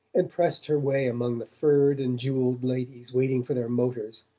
and pressed her way among the furred and jewelled ladies waiting for their motors.